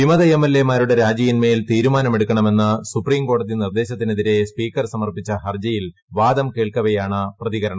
വിമത M L A മാരുടെ രാജിയിന്മേൽ തീരുമാനമെടുക്കണമെന്ന് സുപ്രീംകോടതി നിർദ്ദേശത്തിനെതിരെ സ്പീക്കർ സമർപ്പിച്ച ഹർജിയിൽ വാദം കേൾക്കെയാണ് പ്രതികരണം